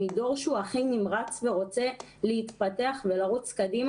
דור שהוא הכי נמרץ ורוצה להתפתח ולרוץ קדימה.